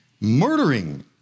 murdering